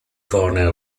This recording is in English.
corner